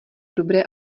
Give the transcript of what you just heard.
dobré